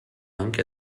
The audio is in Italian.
anche